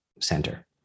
center